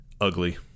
ugly